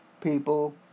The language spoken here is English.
people